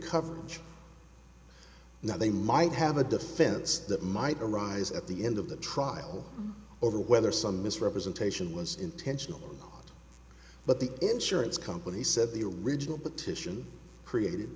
coverage now they might have a defense that might arise at the end of the trial over whether some misrepresentation was intentional but the insurance company said the original petition created